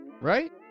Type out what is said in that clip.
Right